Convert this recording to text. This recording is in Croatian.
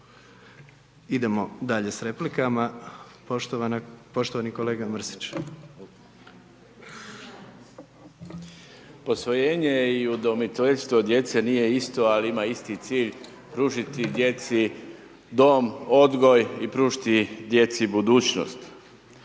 Idemo dalje s replikama, poštovani kolega Mrsić. **Mrsić, Mirando (Demokrati)** Posvojenje i udomiteljstvo djece nije isto, ali ima isti cilj, pružiti djeci dom, odgoj i pružiti djeci budućnost.